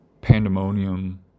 pandemonium